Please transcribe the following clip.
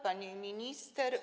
Pani Minister!